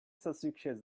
suspicious